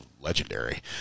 legendary